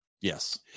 Yes